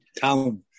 town